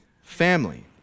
family